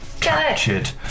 Captured